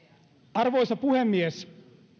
arvoisa puhemies